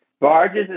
Barges